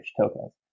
tokens